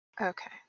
Okay